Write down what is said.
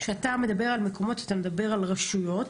כשאתה מדבר על מקומות אתה מדבר על רשויות.